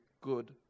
good